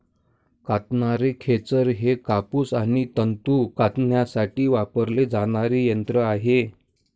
कातणारे खेचर हे कापूस आणि तंतू कातण्यासाठी वापरले जाणारे यंत्र आहे